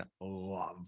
love